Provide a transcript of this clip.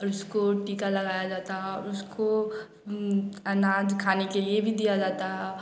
और उसको टीका लगाया जाता है उसको अनाज खाने के लिए भी दिया जाता है